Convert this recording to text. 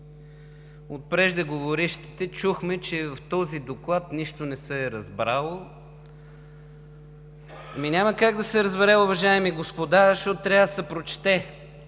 От преждеговорившите чухме, че от този доклад нищо не се е разбрало. Ами няма как да се разбере, уважаеми господа, защото трябва да се прочете!